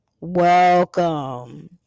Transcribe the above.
Welcome